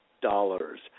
dollars